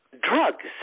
drugs